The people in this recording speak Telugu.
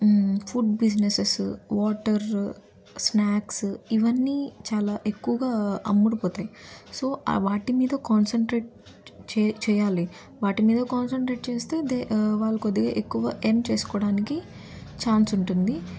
ఫుడ్ బిజినెసెస్సు వాటర్రు స్నాక్స్ ఇవన్నీ చాలా ఎక్కువుగా అమ్ముడుపోతాయి సో వాటి మీద కాన్సన్ట్రేట్ చే చేయాలి వాటి మీద కాన్సన్ట్రేట్ చేస్తే దె వాళ్ళు కొద్దిగా ఎక్కువ ఎర్న్ చేసుకోవడానికి ఛాన్సు ఉంటుంది